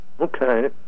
okay